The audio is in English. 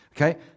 Okay